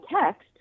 text